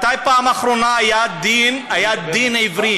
מתי בפעם האחרונה היה דין עברי?